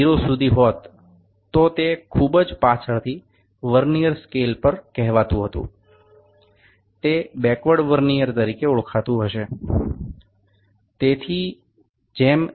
এটি যদি ১০ থেকে ০ অবধি থাকে তবে একে পিছিয়েথাকা ভার্নিয়ার হিসাবে ডাকা যেতে পারে